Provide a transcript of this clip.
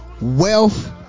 wealth